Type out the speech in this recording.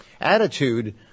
attitude